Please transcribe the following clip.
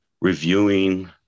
reviewing